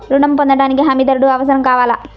ఋణం పొందటానికి హమీదారుడు అవసరం కావాలా?